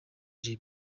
jay